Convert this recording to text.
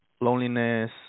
loneliness